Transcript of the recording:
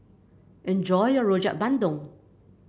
enjoy your Rojak Bandung